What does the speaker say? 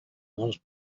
those